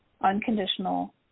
Unconditional